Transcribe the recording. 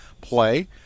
play